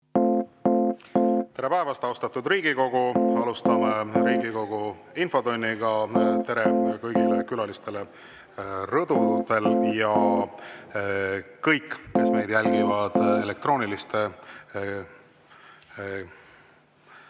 Tere päevast, austatud Riigikogu! Alustame Riigikogu infotundi. Tere ka kõigile külalistele rõdudel ja kõigile, kes meid jälgivad elektrooniliste